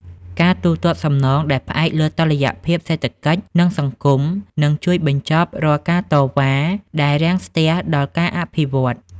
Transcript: ការទូទាត់សំណងដែលផ្អែកលើតុល្យភាពសេដ្ឋកិច្ច និងសង្គម នឹងជួយបញ្ចប់រាល់ការតវ៉ាដែលរាំងស្ទះដល់ការអភិវឌ្ឍ។